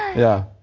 yeah.